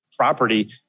Property